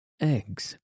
Eggs